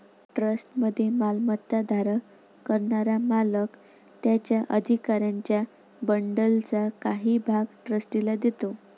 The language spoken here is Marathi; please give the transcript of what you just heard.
ट्रस्टमध्ये मालमत्ता धारण करणारा मालक त्याच्या अधिकारांच्या बंडलचा काही भाग ट्रस्टीला देतो